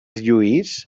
lluís